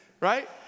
right